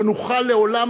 לא נוכל לעולם,